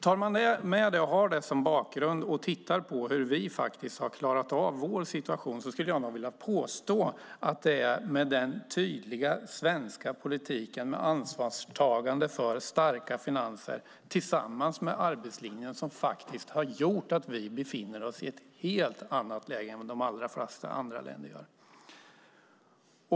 Tar man med det, har det som bakgrund och tittar på hur vi har klarat vår situation, skulle jag nog vilja påstå att det är den tydliga svenska politiken, med ansvarstagande för starka finanser tillsammans med arbetslinjen, som har gjort att vi befinner oss i ett helt annat läge än de flesta andra länder.